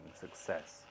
success